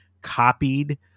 copied